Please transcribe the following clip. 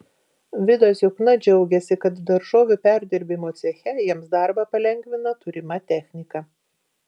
vidas jukna džiaugiasi kad daržovių perdirbimo ceche jiems darbą palengvina turima technika